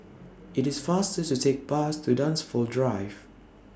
IT IS faster to Take Bus to Dunsfold Drive